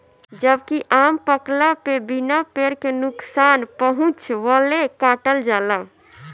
जबकि आम पकला पे बिना पेड़ के नुकसान पहुंचवले काटल जाला